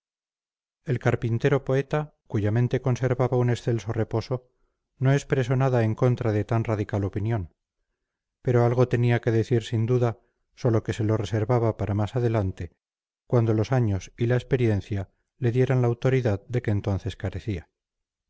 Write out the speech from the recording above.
el carpintero poeta cuya mente conservaba un excelso reposo no expresó nada en contra de tan radical opinión pero algo tenía que decir sin duda sólo que se lo reservaba para más adelante cuando los años y la experiencia le dieran la autoridad de que entonces carecía